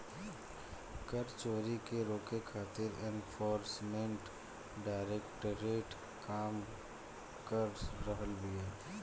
कर चोरी के रोके खातिर एनफोर्समेंट डायरेक्टरेट काम कर रहल बिया